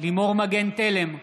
לימור מגן תלם,